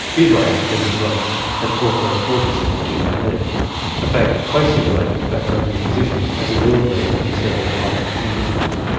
israel spends the most, at four. four percent of gdp a fact closely related to that country's position as a world leader in several high-tech industries.